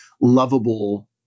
lovable